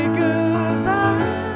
goodbye